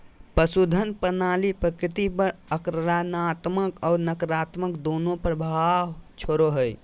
पशुधन प्रणाली प्रकृति पर सकारात्मक और नकारात्मक दोनों प्रभाव छोड़ो हइ